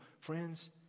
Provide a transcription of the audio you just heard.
Friends